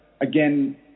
again